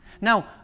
Now